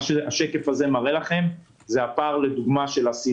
השקף הזה מראה לכם את הפער של העשירון